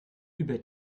über